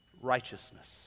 righteousness